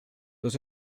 los